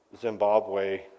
Zimbabwe